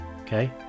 Okay